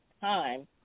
time